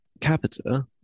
Capita